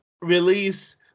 release